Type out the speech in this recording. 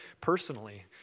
personally